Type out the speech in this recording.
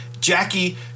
Jackie